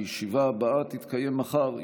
הישיבה הבאה תתקיים מחר,